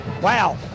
Wow